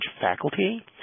faculty